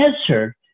answer